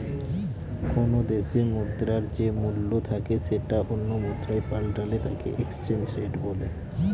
কোনো দেশে মুদ্রার যে মূল্য থাকে সেটা অন্য মুদ্রায় পাল্টালে তাকে এক্সচেঞ্জ রেট বলে